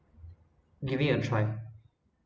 giving a try